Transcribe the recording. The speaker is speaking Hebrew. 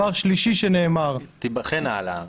תיבחן העלאה.